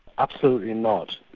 absolutely not.